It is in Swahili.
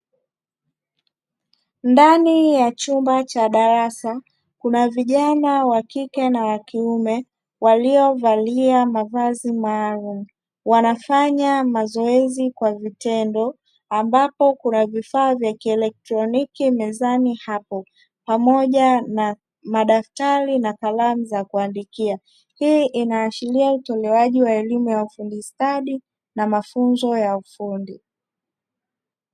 Ndani ya chumba cha darasa kuna vijana wa kike na wa kiume waliovalia mavazi maalumu, wanafanya mazoezi kwa vitendo ambapo kuna vifaa vya kielektroniki mezani hapo pamoja na madaftari na kalamu za kuandikia, hii inaashiria utolewaji wa elimu ya ufundi stadi na mafunzo ya ufundi.